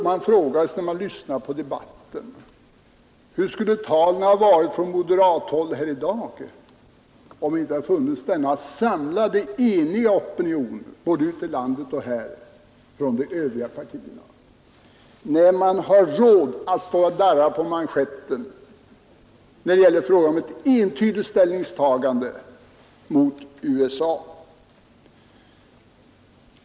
Man frågar sig när man lyssnar på debatten: Hur skulle talen från moderat håll här i dag ha låtit, om det inte hade funnits denna samlade eniga opinion, både ute i landet och här, inom de övriga partierna, om man hade darrat på manschetten när det är fråga om ett entydigt ställningstagande mot USA?